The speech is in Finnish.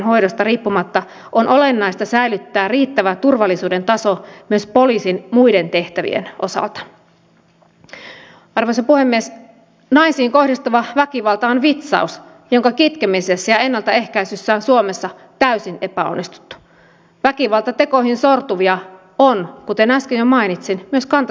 mutta sitten minä haluan todeta sen että kun me julkistimme tässä viikko sitten nämä hallituksen linjaukset näiden turvapaikanhakijoiden osalta niin onhan ihan selvä että samalla tavalla meidän pitää täsmentää meidän kantojamme tähän kotouttamisasiaan